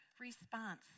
response